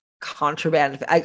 contraband